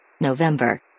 November